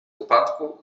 upadku